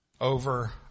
over